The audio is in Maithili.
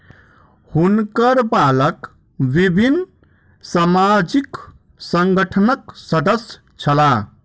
हुनकर बालक विभिन्न सामाजिक संगठनक सदस्य छला